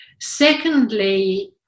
Secondly